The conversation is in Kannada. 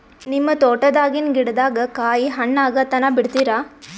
ನಿಮ್ಮ ತೋಟದಾಗಿನ್ ಗಿಡದಾಗ ಕಾಯಿ ಹಣ್ಣಾಗ ತನಾ ಬಿಡತೀರ?